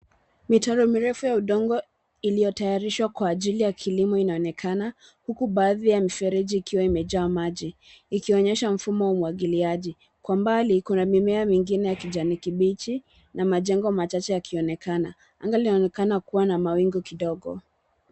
Michoro mirefu ya udongo iliyotayarishwa kwa ajili ya kilimo inaonekana huku baadhi ya mifereji ikiwa imejaa maji ikionyesha mfumo wa umwagiliaji. Kwa mbali kuna mimea mingine ya kijani kibichi na majengo machache yakionekana. Anga linaonekana kuwa na mawingu kidogo.